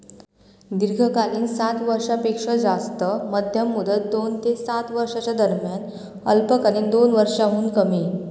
दीर्घकालीन सात वर्षांपेक्षो जास्त, मध्यम मुदत दोन ते सात वर्षांच्यो दरम्यान, अल्पकालीन दोन वर्षांहुन कमी